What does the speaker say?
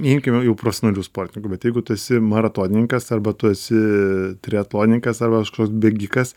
imkime jau profesionalių sportininkų bet jeigu tu esi maratonininkas arba tu esi triatlonininkas arba kažkoks bėgikas